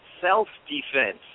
self-defense